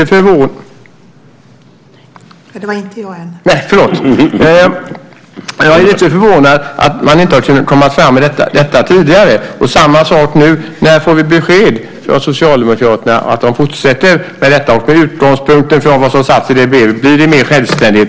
Jag är lite förvånad att man inte har kunnat komma fram med detta tidigare. Samma sak nu: När får vi besked från Socialdemokraterna att de fortsätter med detta? Och med utgångspunkt från vad som sagts i brevet: Blir det mer självständighet?